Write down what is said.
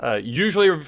usually